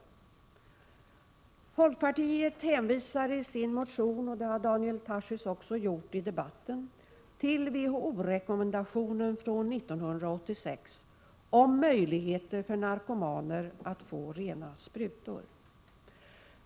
Folkpartiet hänvisar i sin motion — Daniel Tarschys har också gjort det i debatten — till WHO-rekommendationen från 1986 om möjligheter för narkomaner att få rena sprutor.